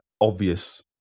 obvious